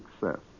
success